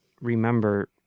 remember